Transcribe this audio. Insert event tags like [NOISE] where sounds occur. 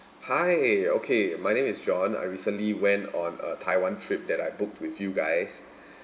hi okay my name is john I recently went on a taiwan trip that I booked with you guys [BREATH]